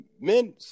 men